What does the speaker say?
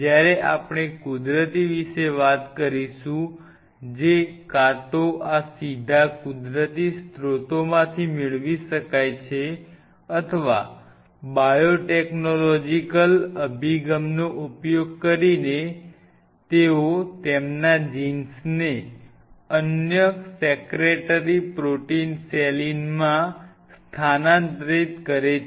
જ્યારે આપણે કુદરતી વિશે વાત કરીશું જે કાં તો આ સીધા કુદરતી સ્ત્રોતોમાંથી મેળવી શકાય છે અથવા બાયોટેકનોલોજીકલ અભિગમનો ઉપયોગ કરીને તેઓ તેમના જીન્સને અન્ય સેક્રેટરી પ્રોટીન સેલિનમાં secretary proteins saline's સ્થાનાંતરિત કરે છે